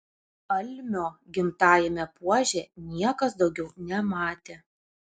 almio gimtajame puože niekas daugiau nematė